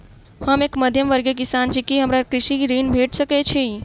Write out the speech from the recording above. हम एक मध्यमवर्गीय किसान छी, की हमरा कृषि ऋण भेट सकय छई?